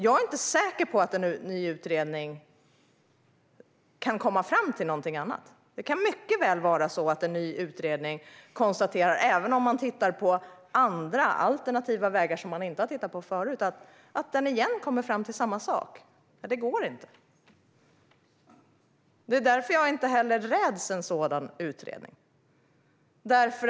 Jag är inte säker på att en ny utredning kan komma fram till något nytt. Det kan mycket väl vara så att en ny utredning kommer fram till samma sak - alltså att det inte går - även om man tittar på andra vägar än man har tittat på förut. Därför räds jag inte en sådan utredning.